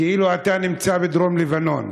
כאילו אתה נמצא בדרום-לבנון.